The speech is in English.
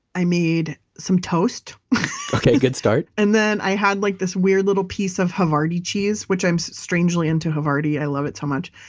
i made some toast okay, good start and then i had like this weird little piece of havarti cheese, which i'm strangely into havarti. i love it so much.